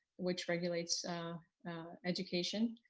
which regulates education.